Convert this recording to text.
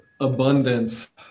abundance